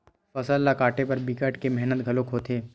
फसल ल काटे म बिकट के मेहनत घलोक होथे